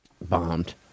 Bombed